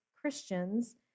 Christians